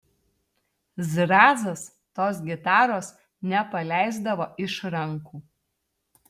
zrazas tos gitaros nepaleisdavo iš rankų